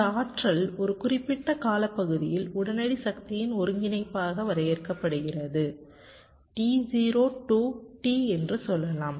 இந்த ஆற்றல் ஒரு குறிப்பிட்ட காலப்பகுதியில் உடனடி சக்தியின் ஒருங்கிணைப்பாக வரையறுக்கப்படுகிறதுT 0 to T என்று சொல்லலாம்